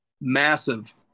massive